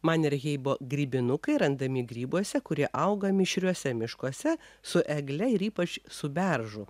manerheibo grybinukai randami grybuose kurie auga mišriuose miškuose su egle ir ypač su beržu